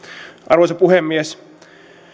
arvoisa puhemies